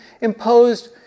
imposed